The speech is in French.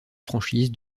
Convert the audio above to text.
franchise